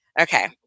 Okay